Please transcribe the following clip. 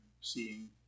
seeing